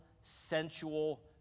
sensual